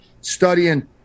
studying